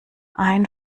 ein